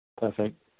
Perfect